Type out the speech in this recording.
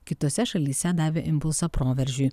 kitose šalyse davė impulsą proveržiui